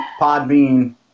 Podbean